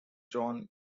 john